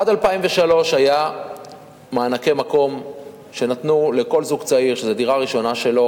עד 2003 היו מענקי מקום שנתנו לכל זוג צעיר שזו דירה ראשונה שלו.